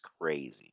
crazy